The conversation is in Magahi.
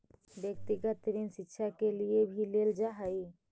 व्यक्तिगत ऋण शिक्षा के लिए भी लेल जा हई